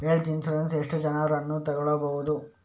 Health insurance ಎಷ್ಟು ಜನರನ್ನು ತಗೊಳ್ಬಹುದು?